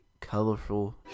colorful